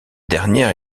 dernière